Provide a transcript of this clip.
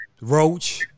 Roach